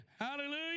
Hallelujah